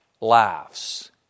laughs